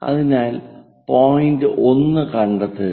അതിനാൽ പോയിന്റ് 1 കണ്ടെത്തുക